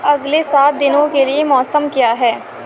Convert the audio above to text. اگلے سات دنوں کے لیے موسم کیا ہے